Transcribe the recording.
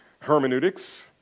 Hermeneutics